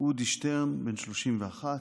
אודי שטרן, בן 31,